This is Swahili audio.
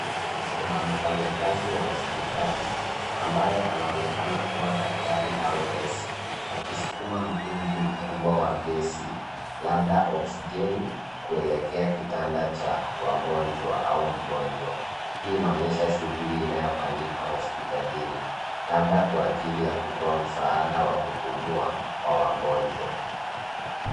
Kuna mfanyakazi wa hospitali, ambaye anaonekana kua daktari au nesi. Akisukuma mtungi mkubwa wa gesi, labda oxijeni kuelekea kitanda cha wagonjwa au mgonjwa. Hii inaonyesha shughuli inayofanyika hospitalini, labda kwa ajili ya kutoa msaada wa kupumua kwa wagonjwa.